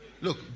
Look